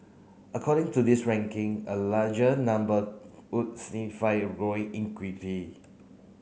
according to this ranking a larger number would signify growing